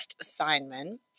assignment